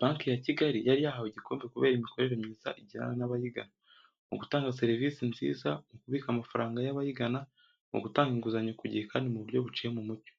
Banki ya Kigali yari yahawe igikombe kubera imikorere myiza igirana n'abayigana, mu gutanga serivisi nziza mu kubika amafaranga y'abayigana, mu gutanga inguzanyo ku gihe kandi mu buryo buciye mu mucyo.